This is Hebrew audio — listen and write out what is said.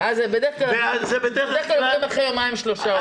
ובדרך כלל זה אחרי יומיים-שלושה.